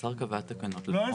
השר קבע תקנות לסכום מרבי.